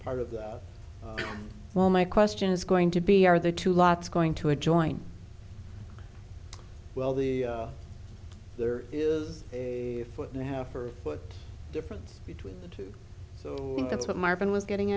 part of the well my question is going to be are the two lots going to a joint well the there is a foot and a half or foot difference between the two so i think that's what marvin was getting